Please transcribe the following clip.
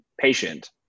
patient